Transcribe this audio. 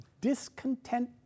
discontent